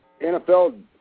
NFL